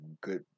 good